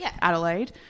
Adelaide